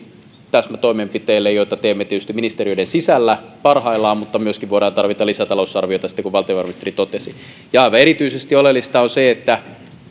täsmätoimenpiteille joita teemme tietysti ministeriöiden sisällä parhaillaan mutta myöskin voidaan tarvita lisätalousarviota siten kuin valtiovarainministeri totesi aivan erityisesti oleellista on se että